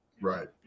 Right